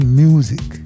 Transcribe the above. music